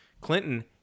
Clinton